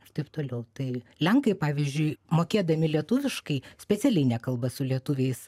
ir taip toliau tai lenkai pavyzdžiui mokėdami lietuviškai specialiai nekalba su lietuviais